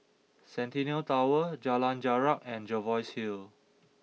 Centennial Tower Jalan Jarak and Jervois Hill